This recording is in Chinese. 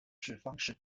方式